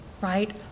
right